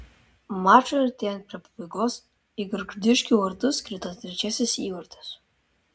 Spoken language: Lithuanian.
mačui artėjant prie pabaigos į gargždiškių vartus krito trečiasis įvartis